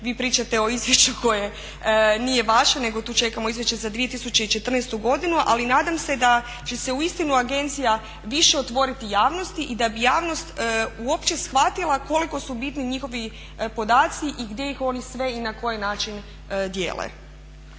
vi pričate o izvješću koje nije vaše nego tu čekamo izvješće za 2014. godinu ali nadam se da će se uistinu agencija više otvoriti javnosti i da bi javnost uopće shvatila koliko su bitni njihovi podaci i gdje ih oni sve i na koji način dijele.